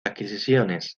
adquisiciones